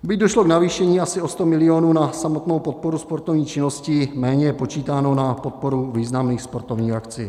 Byť došlo k navýšení asi o 100 milionů na samotnou podporu sportovní činnosti, méně je počítáno na podporu významných sportovních akcí.